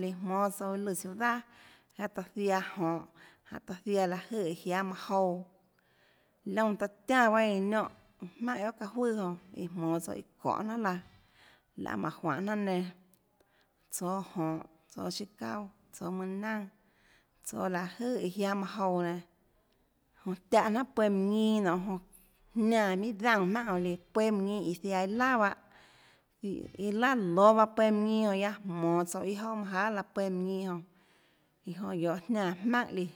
líãjmónâ tsouã iâ lùã ciudad guiaâ taã ziaã jonhå aã ziaã láhå jøè iã jiáâ manã jouã iónã taã tiánã pahâ eã niónhãjmaùnhà guohà çaâ juøà jonãiã jmonå tsouã iâ çonê jnanhà laã laê mánhå juanê jnaaà nenã tsóâ jonhå tsóâ siâ çauà tsóâ mønâ naønàtsóâ láhå jøè iã jiáâ manã jouã nenãjonã tiáhã jnanà pueâ mønã ñinâ nionê jonã jniánã minhà daúnã jmaùnhàjoã líã pueâ mønã ñinâ iã ziaã iâ laà pahâ iã laà lóâ pueâ mønã ñinâ guiaâ jmonå tsouã iâ jouà manâ jahà laã pueâ mønã ñinâ jonã iã jonã guiohå jniánã jmaùnhà líã